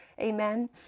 Amen